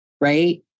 right